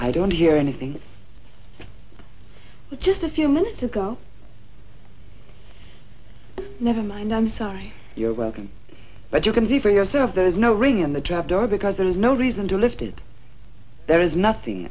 i don't hear anything just a few minutes ago never mind i'm sorry you're welcome but you can see for yourself there is no ring in the trap door because there is no reason to lifted there is nothing